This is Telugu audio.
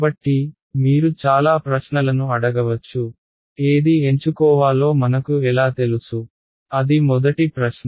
కాబట్టి మీరు చాలా ప్రశ్నలను అడగవచ్చు ఏది ఎంచుకోవాలో మనకు ఎలా తెలుసు అది మొదటి ప్రశ్న